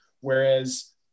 whereas